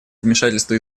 вмешательства